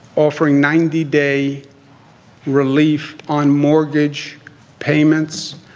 offering ninety day relief on mortgage payments,